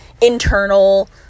internal